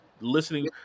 listening